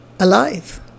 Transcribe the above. Alive